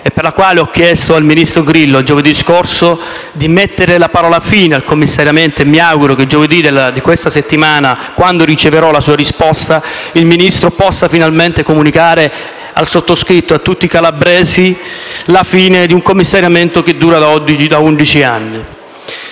- per la quale ho chiesto al ministro Grillo, giovedì scorso, di mettere la parola fine al commissariamento. Mi auguro che, quando riceverò la sua risposta, il Ministro possa finalmente comunicare al sottoscritto e a tutti i calabresi la fine di un commissariamento che dura da undici anni.